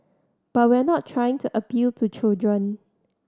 but we're not trying to appeal to children